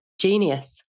genius